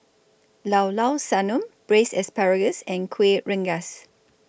Llao Llao Sanum Braised Asparagus and Kuih Rengas